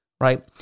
right